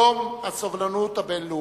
יום הסובלנות הבין-לאומי,